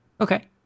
Okay